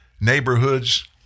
neighborhoods